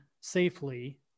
safely